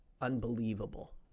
unbelievable